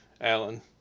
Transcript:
Alan